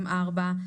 M-4,